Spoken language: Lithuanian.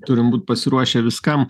turim būt pasiruošę viskam